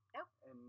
Nope